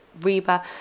Reba